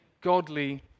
godly